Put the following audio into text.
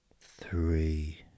Three